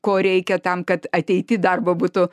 ko reikia tam kad ateity darbo būtų